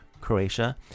Croatia